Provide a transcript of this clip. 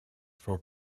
for